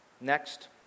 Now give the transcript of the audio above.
Next